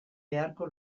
beharko